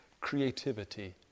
creativity